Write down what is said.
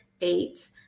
eight